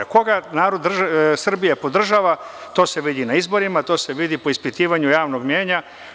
Koga narod, Srbije podržava, to se vidi na izborima, to se vidi po ispitivanju javnog mnjenja.